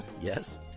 Yes